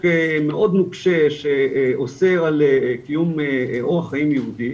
מאוד נוקשה שאוסר על קיום אורח חיים יהודי